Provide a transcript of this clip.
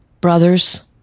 Brothers